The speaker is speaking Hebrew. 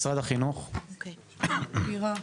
משרד החינוך, בבקשה.